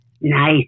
nice